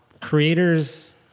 Creators